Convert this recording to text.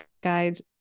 guides